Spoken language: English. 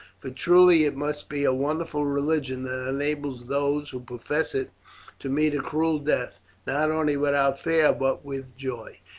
for truly it must be a wonderful religion that enables those who profess it to meet a cruel death not only without fear but with joy.